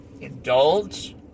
indulge